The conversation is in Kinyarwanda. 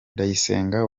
ndayisenga